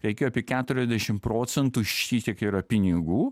reikėjo apie keturiasdešim procentų šitiek yra pinigų